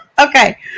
Okay